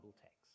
text